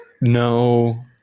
no